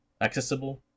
accessible